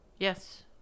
Yes